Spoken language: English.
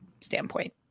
standpoint